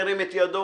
ירים את ידו.